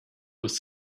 was